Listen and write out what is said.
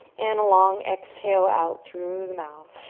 and long exhale out through the mouth.